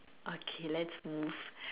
okay let's move